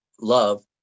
love